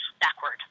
backward